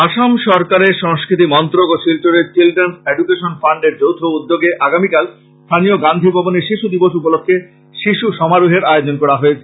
আসাম সরকারের সংস্কৃতি মন্ত্রক ও শিলচরের চিলড্রেনস এড়কেশন ফান্ড এর যৌথ উদ্যোগে আগামীকাল স্থানীয় গান্ধী ভবনে শিশু দিবস উপলক্ষ্যে শিশু সমারোহের আয়োজন করা হয়েছে